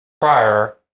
prior